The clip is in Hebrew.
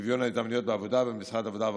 שוויון ההזדמנויות בעבודה במשרד העבודה,